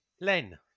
Len